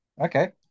Okay